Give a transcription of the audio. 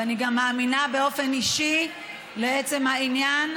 ואני גם מאמינה באופן אישי בעצם העניין